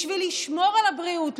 בשביל לשמור על הבריאות,